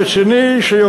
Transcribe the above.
הוא רציני,